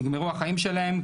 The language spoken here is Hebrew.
נגמרו החיים שלהם,